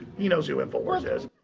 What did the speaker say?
he knows who infowars is.